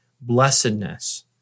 blessedness